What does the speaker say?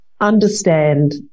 understand